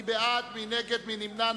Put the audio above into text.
מי בעד, מי נגד, מי נמנע?